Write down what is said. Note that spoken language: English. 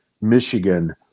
Michigan